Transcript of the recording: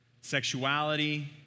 sexuality